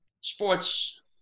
sports